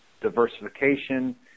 diversification